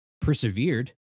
persevered